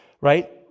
right